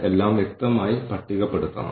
എന്റെ കയ്യിൽ ഈ പേപ്പർ ഉണ്ട്